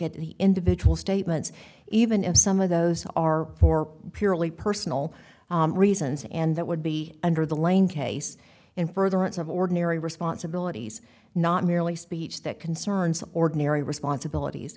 at the individual statements even if some of those are for purely personal reasons and that would be under the lane case in furtherance of ordinary responsibilities not merely speech that concerns ordinary responsibilities